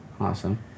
Awesome